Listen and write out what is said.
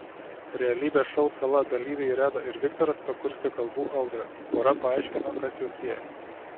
realybės šou sala dalyviai reda ir viktoras pakurstė kalbų audrą pora paaiškino kas juos sieja